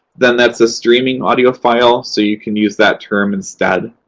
then that's a streaming audio file, so you can use that term instead.